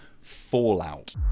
Fallout